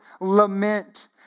lament